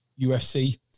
UFC